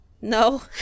No